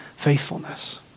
faithfulness